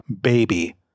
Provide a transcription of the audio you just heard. baby